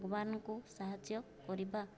ଭଗବାନଙ୍କୁ ସାହାଯ୍ୟ କରିବା